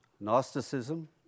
Gnosticism